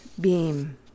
beam